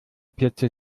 plätze